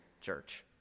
Church